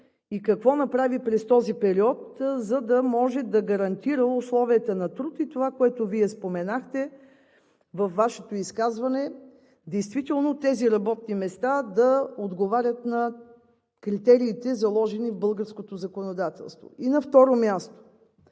и какво направи през този период, за да може да гарантира условията на труд и това, което Вие споменахте във Вашето изказване, действително тези работни места да отговарят на критериите, заложени в българското законодателство? И на второ място,